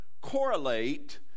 correlate